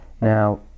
Now